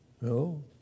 No